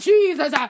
Jesus